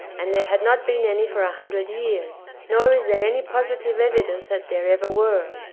and there had not been any for a hundred years nor is there any positive evidence that there ever were.